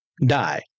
die